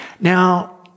Now